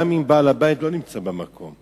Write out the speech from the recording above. גם אם בעל הבית לא נמצא במקום,